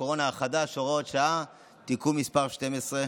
הקורונה החדש (הוראת שעה) (תיקון מס' 12),